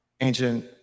ancient